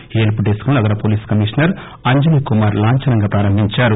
ఈ హెల్స్ డెస్క్ ను నగర పోలీస్ కమీషనర్ అంజనీకుమార్ లాంఛనంగా ప్రారంభించారు